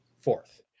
Fourth